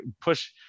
push